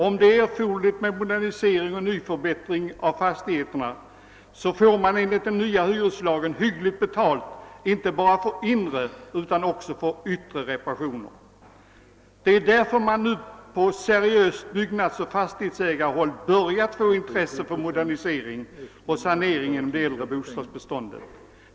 Om det är erforderligt med modernisering eller nyförbättring av fastigheterna får man enligt den nya hyreslagen hyggligt betalt inte bara för inre utan också för yttre reparationer. Det är därför man nu på seriöst byggnadsoch fastighetsägarhåll börjat få intresse för modernisering och sanering inom det äldre bostadsbeståndet.